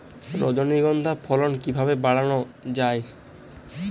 রজনীগন্ধা ফলন কিভাবে বাড়ানো যায়?